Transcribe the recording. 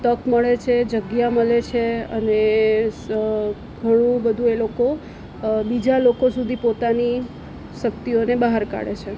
તક મળે છે જગ્યા મળે છે અને ઘણું બધુ એ લોકો બીજા લોકો સુધી પોતાની શક્તિઓને બહાર કાઢે છે